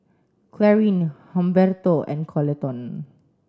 Clarine Humberto and Coleton